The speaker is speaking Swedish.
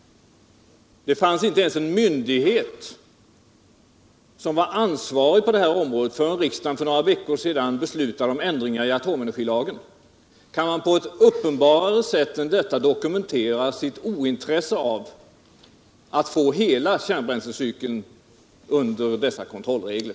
Det fanns inte ens en myndighet som var ansvarig på det här området förrän riksdagen för några veckor sedan beslutade om ändringar i atomenergilagen. Kan man på ett mer uppenbart sätt demonstrera sitt ointresse av att få hela kärnbränslecykeln under dessa kontrollregler?